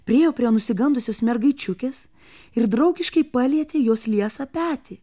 priėjo prie nusigandusios mergaičiukės ir draugiškai palietė jos liesą petį